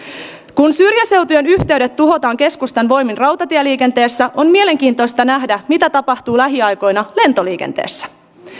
kun syrjäseutujen yhteydet tuhotaan keskustan voimin rautatieliikenteessä on mielenkiintoista nähdä mitä tapahtuu lähiaikoina lentoliikenteessä